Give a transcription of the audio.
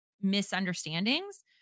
misunderstandings